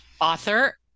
author